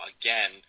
again